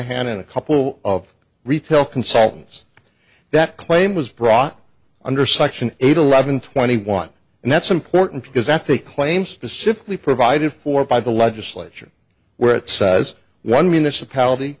shanahan in a couple of retail consultants that claim was brought under section eight eleven twenty one and that's important because that's a claim specifically provided for by the legislature where it says one municipality